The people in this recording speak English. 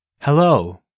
Hello